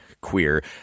queer